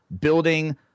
building